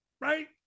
Right